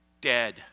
dead